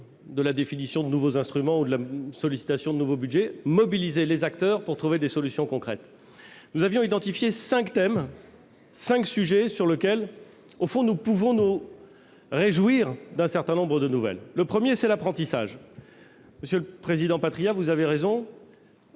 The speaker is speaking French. de la définition de nouveaux instruments ou de la sollicitation de nouveaux budgets, mobiliser les acteurs, afin de trouver des solutions concrètes. Nous avions identifié cinq thèmes, cinq sujets, sur lesquels nous pouvons nous réjouir d'un certain nombre de nouvelles. Le premier, c'est l'apprentissage. Vous avez raison,